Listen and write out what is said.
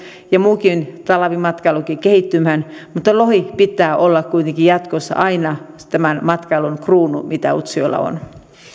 ja muunkin talvimatkailun kehittymään mutta lohen pitää olla kuitenkin jatkossa aina se matkailun kruunu mitä utsjoella on